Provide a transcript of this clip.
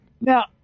Now